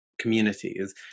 communities